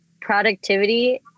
productivity